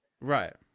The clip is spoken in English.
Right